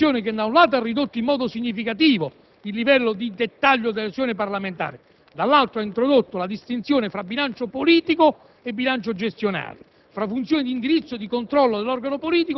Si è trattato quindi di una riorganizzazione che, da un lato, ha ridotto in modo significativo il livello di dettaglio della decisione parlamentare, dall'altro ha introdotto la distinzione tra bilancio politico e bilancio gestionale,